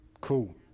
Cool